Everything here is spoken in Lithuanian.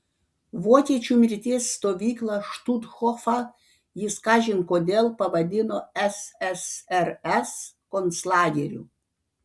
vokiečių mirties stovyklą štuthofą jis kažin kodėl pavadino ssrs konclageriu